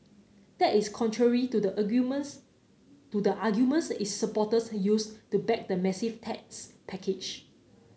that is contrary to the to the arguments its supporters used to back the massive tax package